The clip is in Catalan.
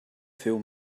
féu